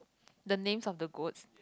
the names of the goats